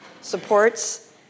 supports